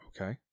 Okay